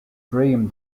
dream